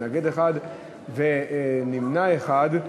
מתנגד אחד ונמנע אחד.